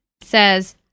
says